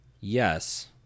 yes